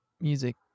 music